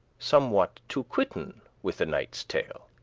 somewhat, to quiten with the knighte's tale.